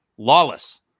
lawless